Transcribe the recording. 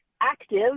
active